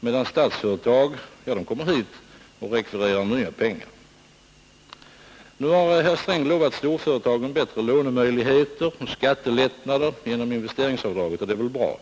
medan Statsföretag kommer hit och rekvirerar nya pengar. Nu har herr Sträng lovat storföretagen bättre lånemöjligheter och skattelättnader genom investeringsavdraget, och det är bra.